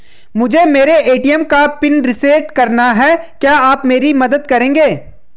मुझे मेरे ए.टी.एम का पिन रीसेट कराना है क्या आप मेरी मदद करेंगे?